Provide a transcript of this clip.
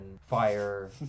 fire